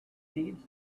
needs